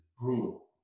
Brutal